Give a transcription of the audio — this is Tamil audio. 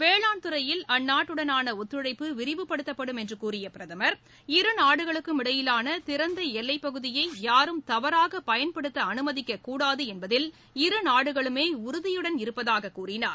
வேளாண் துறையில் அந்நாட்டுடனான ஒத்துழைப்பு விரிவுபடுத்தப்படும் என்று கூறிய பிரதமர் இருநாடுகளுக்கும் இடையிலான திறந்த எல்லைப்பகுதியை யாரும் தவறாகப் பயன்படுத்த அனுமதிக்கக் கூடாது என்பதில் இருநாடுகளுமே உறுதியுடன் இருப்பதாகக் கூறினார்